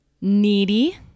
needy